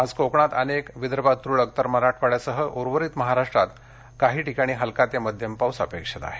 आज कोकणात अनेक विदर्भात तुरळक तर मराठवाड्यासह उर्वरित महाराष्ट्रात काही ठिकाणी हलका ते मध्यम पाऊस अपेक्षित आहे